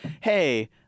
Hey